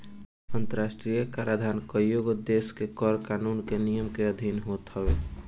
अंतरराष्ट्रीय कराधान कईगो देस के कर कानून के नियम के अधिन होत हवे